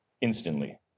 instantly